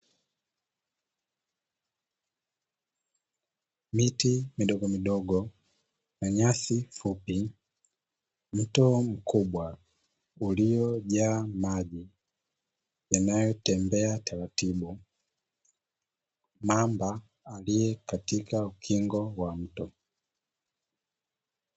Miti midogo na nyasi fupi, mto mkubwa uliojaa maji yanayotembea taratibu, mamba aliye katika ukingo wa mto.